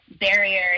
barriers